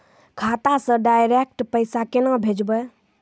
खाता से डायरेक्ट पैसा केना भेजबै?